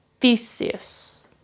Theseus